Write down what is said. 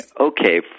okay